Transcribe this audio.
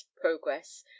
progress